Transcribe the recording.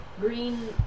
Green